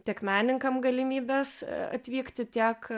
tiek menininkam galimybes atvykti tiek